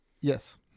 Yes